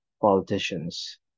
politicians